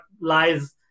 lies